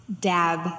Dab